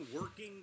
working